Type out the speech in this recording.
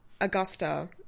Augusta